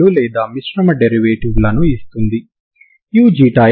కాబట్టి ఇప్పుడు మీరు పూర్తి వాస్తవరేఖను మరియు ప్రారంభ సమాచారాన్ని కలిగి ఉన్నారు